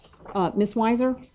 miss wiser?